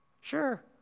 Sure